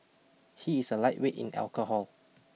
he is a lightweight in alcohol